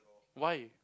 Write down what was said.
why